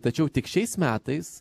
tačiau tik šiais metais